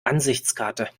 ansichtskarte